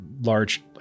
Large